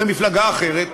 במפלגה אחרת.